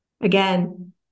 again